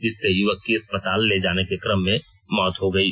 जिससे युवक की अस्पताल ले जाने के कम में मौत हो गयी